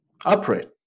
operate